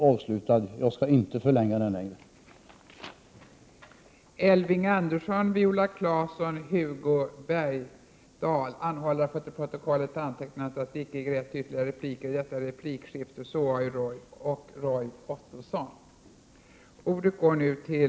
Jag avser inte att förlänga den ytterligare.